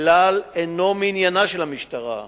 כלל אינו מעניינה של המשטרה,